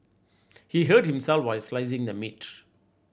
he hurt himself while slicing the meat